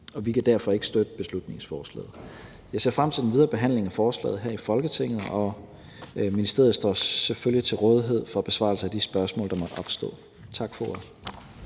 Vi kan derfor ikke støtte beslutningsforslaget. Jeg ser frem til den videre behandling af forslaget her i Folketinget, og ministeriet står selvfølgelig til rådighed for besvarelse af de spørgsmål, der måtte opstå. Tak for